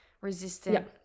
resistant